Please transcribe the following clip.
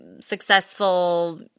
successful